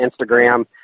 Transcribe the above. Instagram